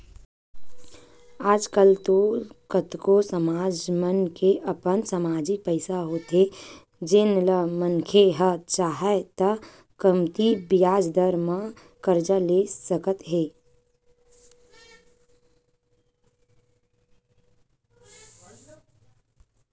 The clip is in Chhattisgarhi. आज कल तो कतको समाज मन के अपन समाजिक पइसा होथे जेन ल मनखे ह चाहय त कमती बियाज दर म करजा ले सकत हे